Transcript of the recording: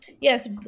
Yes